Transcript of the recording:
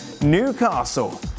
Newcastle